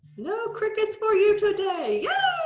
no crickets for you, today.